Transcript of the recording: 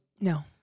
No